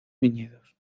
viñedos